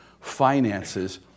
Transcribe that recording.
finances